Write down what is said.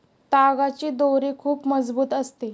तागाची दोरी खूप मजबूत असते